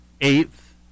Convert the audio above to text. eighth